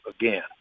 again